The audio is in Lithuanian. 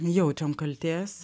jaučiam kaltės